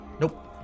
Nope